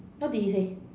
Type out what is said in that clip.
what did it say